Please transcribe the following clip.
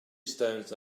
stones